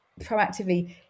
proactively